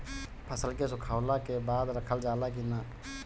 फसल के सुखावला के बाद रखल जाला कि न?